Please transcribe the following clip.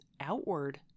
outward